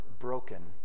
broken